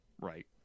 Right